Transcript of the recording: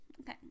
Okay